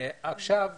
שיהיה